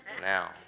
Now